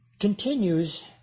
continues